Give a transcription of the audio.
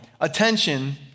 Attention